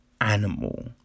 animal